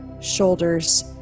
shoulders